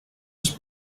has